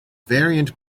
variant